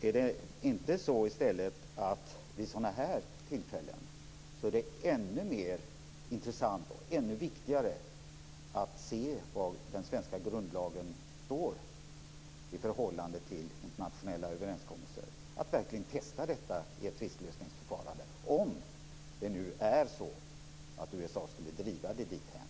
Är det i stället inte så att det vid sådana här tillfällen är ännu mer intressant och ännu viktigare att se var den svenska grundlagen står i förhållande till internationella överenskommelser, att verkligen testa detta i ett tvistlösningsförfarande om det nu är så att USA skulle driva det dithän?